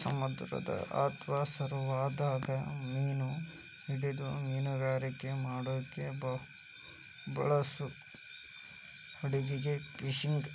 ಸಮುದ್ರ ಅತ್ವಾ ಸರೋವರದಾಗ ಮೇನಾ ಹಿಡಿದು ಮೇನುಗಾರಿಕೆ ಮಾಡಾಕ ಬಳಸೋ ಹಡಗಿಗೆ ಫಿಶಿಂಗ್